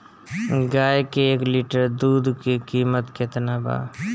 गाय के एक लिटर दूध के कीमत केतना बा?